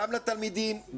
גם לתלמידים,